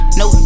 no